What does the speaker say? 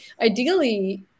ideally